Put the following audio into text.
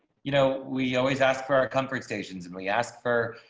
you know, we always ask for our comfort stations and we asked for,